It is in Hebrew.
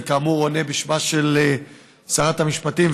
אני כאמור עונה בשמה של שרת המשפטים,